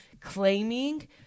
claiming